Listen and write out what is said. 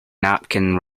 napkin